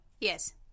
yes